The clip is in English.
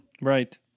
Right